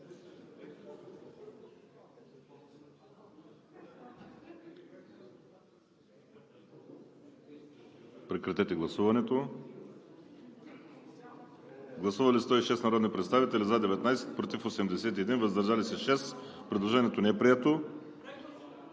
от Комисията. Гласували 117 народни представители: за 29, против 81, въздържали се 7. Предложението не е прието.